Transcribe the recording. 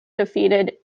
defeated